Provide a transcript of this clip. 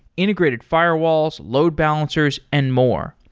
integrated firewalls, load balancers and more.